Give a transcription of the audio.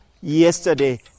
yesterday